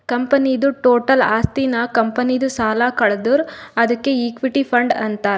ಕಂಪನಿದು ಟೋಟಲ್ ಆಸ್ತಿ ನಾಗ್ ಕಂಪನಿದು ಸಾಲ ಕಳದುರ್ ಅದ್ಕೆ ಇಕ್ವಿಟಿ ಫಂಡ್ ಅಂತಾರ್